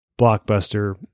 blockbuster